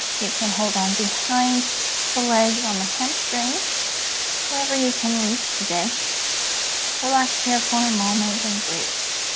you can hold on behind the legs on the hamstrings whatever you can reach today relax here for a moment and breathe